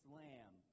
lamb